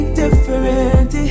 different